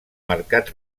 marcat